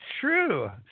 true